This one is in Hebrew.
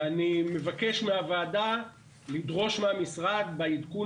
ואני מבקש מהוועדה לדרוש מהמשרד בעדכון